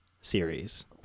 series